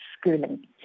schooling